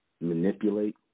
manipulate